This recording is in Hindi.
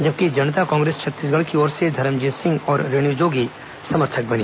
जबकि जनता कांग्रेस छत्तीसगढ़ की ओर से धरमजीत सिंह और रेणु जोगी समर्थक बनी